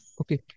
Okay